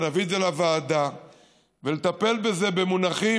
להביא את זה לוועדה ולטפל בזה במונחים,